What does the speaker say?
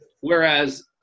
Whereas